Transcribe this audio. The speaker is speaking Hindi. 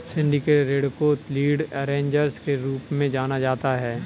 सिंडिकेटेड ऋण को लीड अरेंजर्स के रूप में जाना जाता है